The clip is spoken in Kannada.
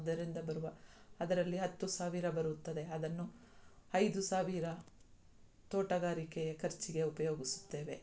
ಅದರಿಂದ ಬರುವ ಅದರಲ್ಲಿ ಹತ್ತು ಸಾವಿರ ಬರುತ್ತದೆ ಅದನ್ನು ಐದು ಸಾವಿರ ತೋಟಗಾರಿಕೆ ಖರ್ಚಿಗೆ ಉಪಯೋಗಿಸುತ್ತೇವೆ